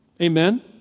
Amen